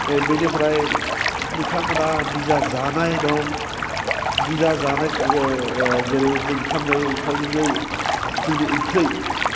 बिनिफ्राय बिथांमोनहा निजा जानाय दं निजा जानाय जेरै जों ओंखाम जायो ओंखामजों जोंनि ओंख्रै